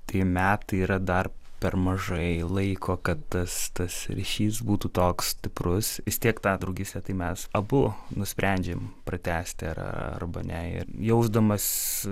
tie metai yra dar per mažai laiko kad tas tas ryšys būtų toks stiprus vis tiek tą draugystę tai mes abu nusprendžiam pratęsti arba ne ir jausdamas